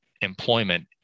employment